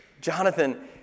Jonathan